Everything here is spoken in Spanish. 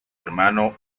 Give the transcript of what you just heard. hermano